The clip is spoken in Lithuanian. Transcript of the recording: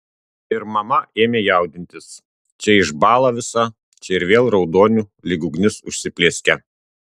ir mama ėmė jaudintis čia išbąla visa čia ir vėl raudoniu lyg ugnis užsiplieskia